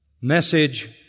message